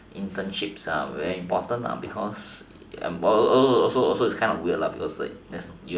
internships are very important lah because a a a also also it's kind of weird because like there's no